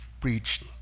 preached